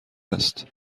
است